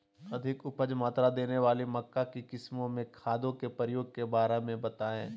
अधिक उपज मात्रा देने वाली मक्का की किस्मों में खादों के प्रयोग के बारे में बताएं?